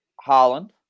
Harland